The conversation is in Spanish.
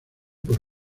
por